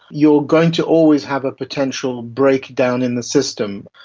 you're going to always have a potential breakdown in the system.